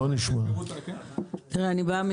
אני באה